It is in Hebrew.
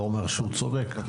לא אומר שהוא צודק.